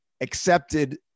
accepted